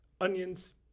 onions